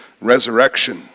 resurrection